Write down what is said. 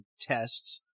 tests